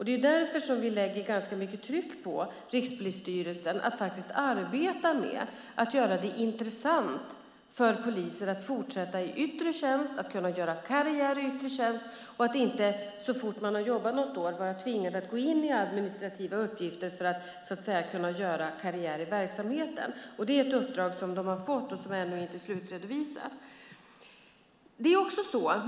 Det är därför vi sätter ganska mycket tryck på Rikspolisstyrelsen att arbeta med att göra det intressant för poliser att fortsätta i yttre tjänst och att göra karriär i yttre tjänst. De ska inte så fort de har jobbat något år vara tvingade att gå in i administrativa uppgifter för att kunna göra karriär i verksamheten. Detta är ett uppdrag som Rikspolisstyrelsen har fått och som ännu inte är slutredovisat.